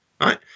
right